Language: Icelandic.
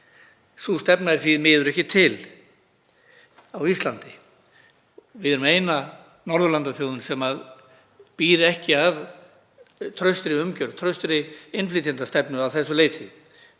Sú stefna er því miður ekki til á Íslandi. Við erum eina Norðurlandaþjóðin sem býr ekki að traustri umgjörð, traustri innflytjendastefnu, að þessu leyti.